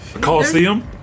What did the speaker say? Coliseum